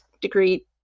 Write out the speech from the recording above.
degree